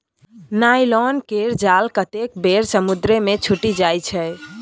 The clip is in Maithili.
नायलॉन केर जाल कतेक बेर समुद्रे मे छुटि जाइ छै